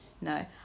No